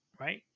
right